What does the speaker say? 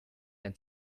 and